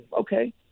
okay